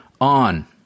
On